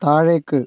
താഴേക്ക്